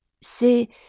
C'est